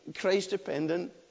Christ-dependent